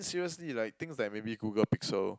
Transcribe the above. seriously like things that maybe Google Pixel